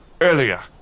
Earlier